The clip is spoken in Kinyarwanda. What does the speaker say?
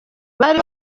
bari